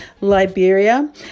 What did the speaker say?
Liberia